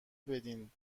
بدین